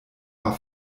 war